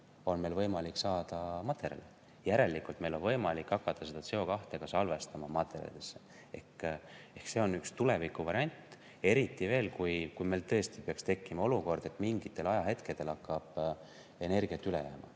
on meil võimalik saada materjale. Järelikult meil on võimalik hakata seda CO2ka salvestama materjalides. Ehk see on üks tulevikuvariant, eriti veel, kui meil tõesti peaks tekkima olukordi, kus mingitel ajahetkedel hakkab energiat üle jääma.